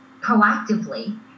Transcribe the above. proactively